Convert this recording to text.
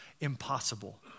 impossible